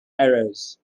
errors